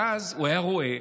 ואז הוא היה רואה